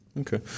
Okay